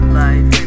life